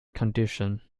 condition